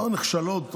לא נחשלות,